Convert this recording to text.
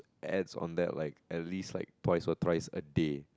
ads on that like at least like twice or thrice a day